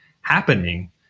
happening